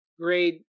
grade